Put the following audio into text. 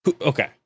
Okay